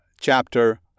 chapter